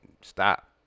Stop